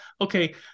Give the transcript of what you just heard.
okay